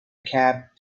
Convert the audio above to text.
cab